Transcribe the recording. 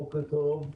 בוקר טוב.